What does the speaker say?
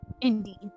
Indeed